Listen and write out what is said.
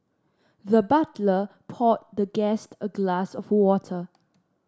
the butler poured the guest a glass of water